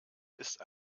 ist